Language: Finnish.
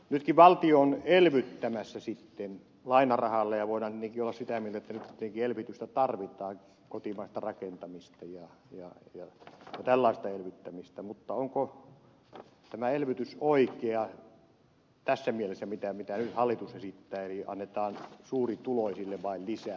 nytkin valtio on elvyttämässä sitten lainarahalla ja voidaan tietenkin olla sitä mieltä että nyt elvytystä tarvitaan kotimaista rakentamista ja tällaista elvyttämistä mutta onko tämä elvytys oikea tässä mielessä kuin hallitus esittää eli niin että annetaan suurituloisille vain lisää rahaa